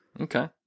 Okay